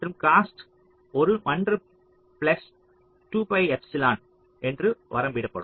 மற்றும் காஸ்ட் ஒரு 1 plus 2 by epsilon என்று வரம்பிடப்படும்